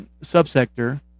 subsector